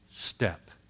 step